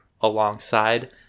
alongside